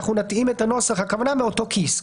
נתאים את הנוסח הכוונה מאותו כיס.